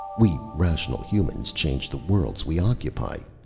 we rational humans change the worlds we occupy!